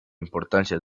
importancia